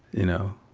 you know,